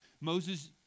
Moses